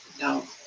No